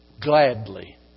Gladly